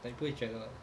like 不会觉得